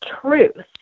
truth